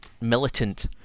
militant